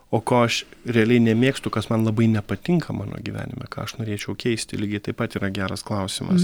o ko aš realiai nemėgstu kas man labai nepatinka mano gyvenime ką aš norėčiau keisti lygiai taip pat yra geras klausimas